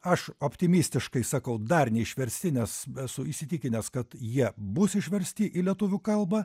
aš optimistiškai sakau dar neišversti nes esu įsitikinęs kad jie bus išversti į lietuvių kalbą